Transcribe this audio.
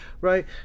right